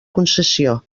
concessió